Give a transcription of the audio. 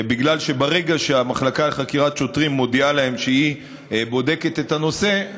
בגלל שברגע שהמחלקה לחקירת שוטרים מודיעה להם שהיא בודקת את הנושא,